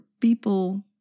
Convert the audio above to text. people